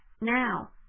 now